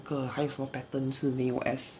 还有什么 pattern 是没有 S